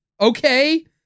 Okay